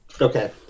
Okay